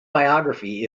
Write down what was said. biography